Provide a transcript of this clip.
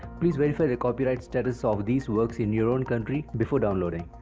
please verify the copyright status of these works in your own country before downloading,